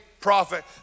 prophet